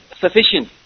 sufficient